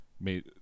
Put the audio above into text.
made